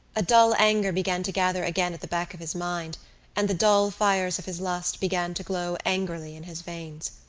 a dull anger began to gather again at the back of his mind and the dull fires of his lust began to glow angrily in his veins.